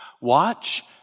Watch